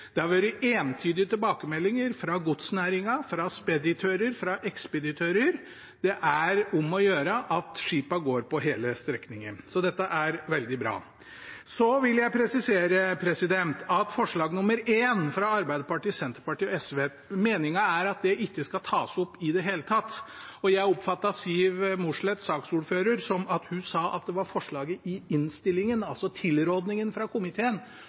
Det har vært entydige tilbakemeldinger fra godsnæringen, fra speditører og fra ekspeditører at det er om å gjøre at skipene går hele strekningen. Så dette er veldig bra. Videre vil jeg presisere når det gjelder forslag nr. 1, fra Arbeiderpartiet, Senterpartiet og SV, at meningen er at det ikke skal tas opp i det hele tatt. Jeg oppfattet at saksordfører Siv Mossleth sa at det var forslaget i innstillingen, altså tilrådingen fra komiteen,